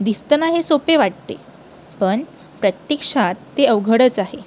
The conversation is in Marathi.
दिसताना हे सोपे वाटते पण प्रत्यक्षात ते अवघडच आहे